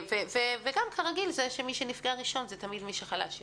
וגם כרגיל מי שנפגע ראשון הוא תמיד החלש יותר,